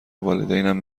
والدینم